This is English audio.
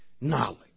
knowledge